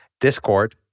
Discord